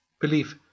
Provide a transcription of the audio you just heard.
belief